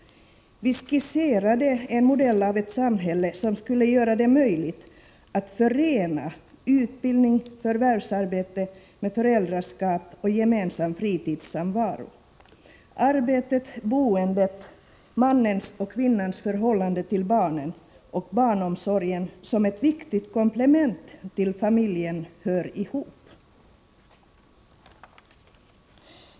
Vi skisserade en modell av ett samhälle som skulle göra det möjligt att förena utbildning och förvärvsarbete med föräldraskap och gemensam fritidssamvaro. Arbetet, boendet samt mannens och kvinnans förhållande till barnen och barnomsorgen såsom ett viktigt komplement till familjen hör ihop.